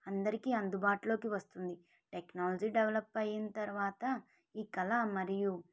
అందరికీ అందుబాటులోకి వస్తుంది టెక్నాలజీ డెవలప్ అయిన తర్వాత ఈ కళ మరియు